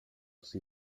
see